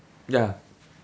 ya